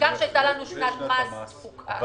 בעיקר שהייתה לנו שנת מס גרועה.